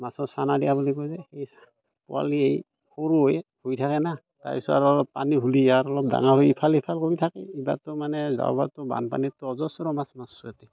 মাছৰ চানা দিয়া বুলি কয় যে সেই পোৱালীয়েই সৰু হৈ হৈ থাকে না তাৰপিছত আৰু পানী হ'লে আৰু অলপ ডাঙৰ হৈ ইফাল সিফাল কৰি থাকে মানে ইবাৰতো মানে যোৱাবাৰতো বানপানীততো অজস্ৰ মাছ মাছ গোটেই